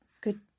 good